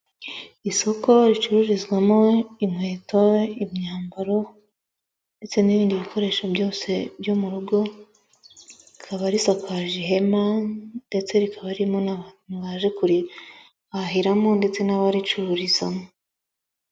Isoko ricururizwamo inkweto, imyambaro ndetse n'ibindi bikoresho byose byo mu rugo, rikaba risakaje ihema ndetse rikaba ririmo n'abantu mwaje kurihahiramo ndetse n'abaricururizamo.